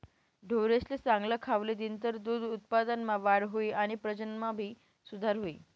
ढोरेसले चांगल खावले दिनतर दूध उत्पादनमा वाढ हुई आणि प्रजनन मा भी सुधार हुई